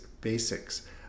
basics